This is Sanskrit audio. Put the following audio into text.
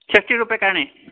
षष्टिरूप्यकाणि